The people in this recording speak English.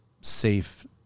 safe